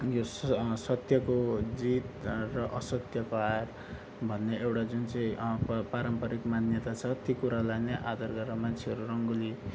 यो स सत्यको जित र असत्यको हार भन्ने एउटा जुन चाहिँ पारम्परिक मान्यता छ ती कुरालाई नै आधार गरेर मान्छेहरू रङ्गोली